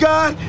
God